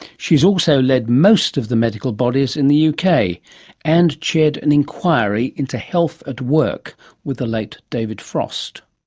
she has also led most of the medical bodies in the uk, and chaired an inquiry into health at work with the late david frost.